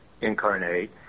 incarnate